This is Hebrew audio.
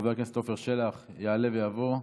חבר הכנסת עפר שלח יעלה ויבוא,